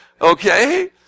Okay